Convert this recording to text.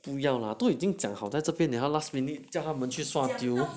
不要啦都已经讲好在这边了 then last minute 叫他们去